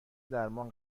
درمان